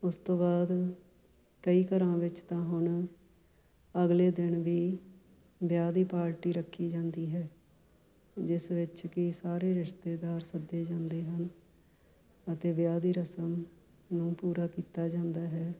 ਉਸ ਤੋਂ ਬਾਅਦ ਕਈ ਘਰਾਂ ਵਿੱਚ ਤਾਂ ਹੁਣ ਅਗਲੇ ਦਿਨ ਵੀ ਵਿਆਹ ਦੀ ਪਾਰਟੀ ਰੱਖੀ ਜਾਂਦੀ ਹੈ ਜਿਸ ਵਿੱਚ ਕਿ ਸਾਰੇ ਰਿਸ਼ਤੇਦਾਰ ਸੱਦੇ ਜਾਂਦੇ ਹਨ ਅਤੇ ਵਿਆਹ ਦੀ ਰਸਮ ਨੂੰ ਪੂਰਾ ਕੀਤਾ ਜਾਂਦਾ ਹੈ